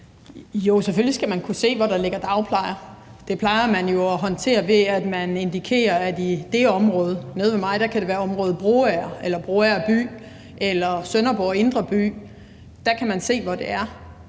(V): Selvfølgelig skal man kunne se, hvor der ligger dagplejere. Det plejer man jo at håndtere ved, at man indikerer, at i det område – nede ved mig kan området være Broager eller Broager by eller Sønderborg indre by – kan man se, hvor det er.